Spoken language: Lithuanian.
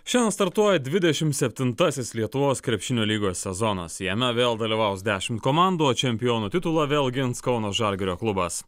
šiandien startuoja dvidešimt septnintasis lietuvos krepšinio lygos sezonas jame vėl dalyvaus dešimt komandų o čempionų titulą vėl gins kauno žalgirio klubas